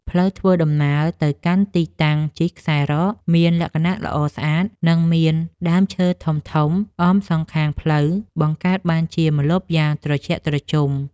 ផ្លូវធ្វើដំណើរទៅកាន់ទីតាំងជិះខ្សែរ៉កមានលក្ខណៈល្អស្អាត និងមានដើមឈើធំៗអមសងខាងផ្លូវ បង្កើតបានជាម្លប់យ៉ាងត្រជាក់ត្រជុំ។